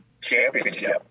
championship